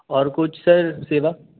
और कुछ सर सेवा